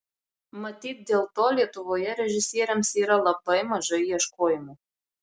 matyt dėl to lietuvoje režisieriams yra labai mažai ieškojimų